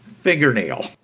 fingernail